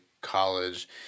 college